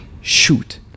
shoot